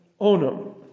Onum